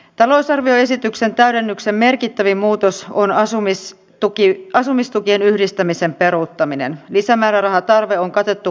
talousarvioesityksen täydennyksen merkittävin muutos on päivähoidon laatu heikkenee myös sillä hallitus on katettu